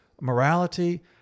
morality